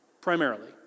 primarily